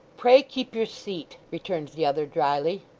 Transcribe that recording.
pray keep your seat returned the other drily,